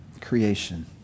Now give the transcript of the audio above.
creation